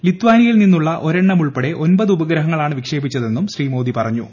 ലിത്വാനിയയിൽ നിന്നുള്ള ഒരെണ്ണമുൾപ്പെടെ ഒൻപത് ഉപഗ്രഹങ്ങളാണ് വിക്ഷേപിച്ചതെന്നും ശ്രീ മോദി പറഞ്ഞു